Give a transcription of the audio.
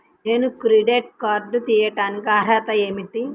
నేను credit card తీయడానికి అర్హత ఏమిటి?